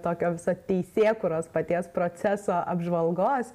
tokio visa teisėkūros paties proceso apžvalgos